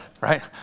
right